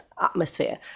atmosphere